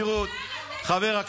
מה שנקרא,